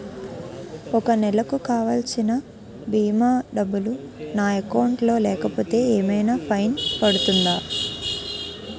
ఒక నెలకు కావాల్సిన భీమా డబ్బులు నా అకౌంట్ లో లేకపోతే ఏమైనా ఫైన్ పడుతుందా?